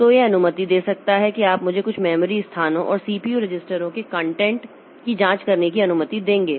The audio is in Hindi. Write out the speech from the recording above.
तो यह अनुमति दे सकता है कि आप मुझे कुछ मेमोरी स्थानों और सीपीयू रजिस्टरों की कंटेंट की जांच करने की अनुमति देंगे